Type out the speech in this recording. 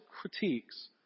critiques